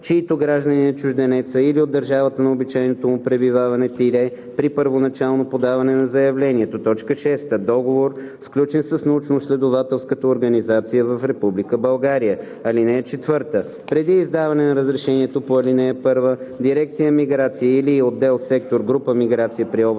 чийто гражданин е чужденецът, или от държавата на обичайното му пребиваване – при първоначално подаване на заявлението; 6. договор, сключен с научноизследователската организация в Република България. (4) Преди издаване на разрешението по ал. 1 дирекция „Миграция“ или отдел/сектор/група „Миграция“ при областните